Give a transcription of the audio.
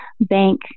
bank